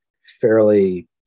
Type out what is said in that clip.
fairly